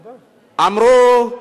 אמרו: